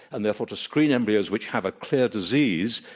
and therefore, to screen embryos which have a clear disease,